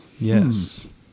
yes